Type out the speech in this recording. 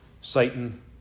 Satan